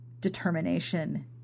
determination